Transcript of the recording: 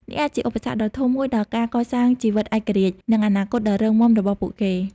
នេះអាចជាឧបសគ្គដ៏ធំមួយដល់ការកសាងជីវិតឯករាជ្យ និងអនាគតដ៏រឹងមាំរបស់ពួកគេ។